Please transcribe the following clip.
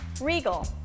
Regal